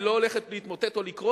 היא לא הולכת להתמוטט או לקרוס,